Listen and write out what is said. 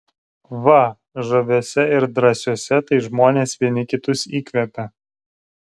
va žaviuose ir drąsiuose tai žmonės vieni kitus įkvepia